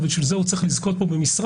בשביל זה הוא צריך לזכות כאן במשרה